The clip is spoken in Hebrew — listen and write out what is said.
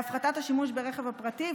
להפחתת השימוש ברכב הפרטי,